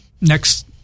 next